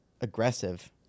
aggressive